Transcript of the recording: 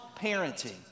parenting